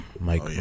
Mike